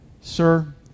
Sir